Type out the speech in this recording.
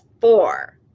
four